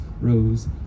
rose